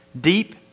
Deep